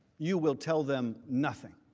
you will tell them nothing.